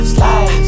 Slide